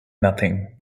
nothing